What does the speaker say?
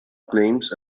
claims